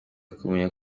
kumenya